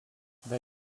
they